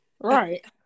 Right